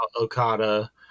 Okada